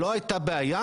לא הייתה בעיה,